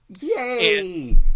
Yay